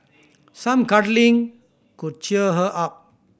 some cuddling could cheer her up